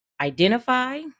identify